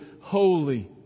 holy